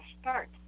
start